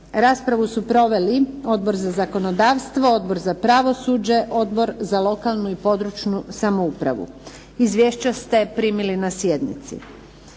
Raspravu su proveli Odbor za zakonodavstvo, Odbor za pravosuđe, Odbor za lokalnu i područnu samoupravu. Izvješća ste primili na sjednici.